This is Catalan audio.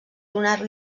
donar